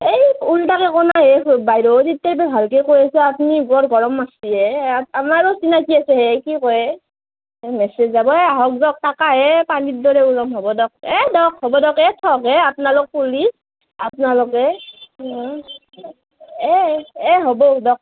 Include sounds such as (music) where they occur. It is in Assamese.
এই উল্টাকে ক'ৱা 'নাই হে বাইদেউ তেত্তেৰ পৰা ভালকেই কৈ আছোঁ আপুনি বৰ গৰম মাৰিচে হে আম আমাৰোঁ চিনাকী আছেই হে কি কয় এ মেছেজ যাব এই আহক যক টকা হে পানীৰ দৰে উৰম হ'ব দিয়ক এই দিয়ক হ'ব দিয়ক এই থক হে আপোনালোক পুলিচ আপোনালোকে (unintelligible) এই এই এই হ'ব দিয়ক